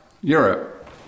Europe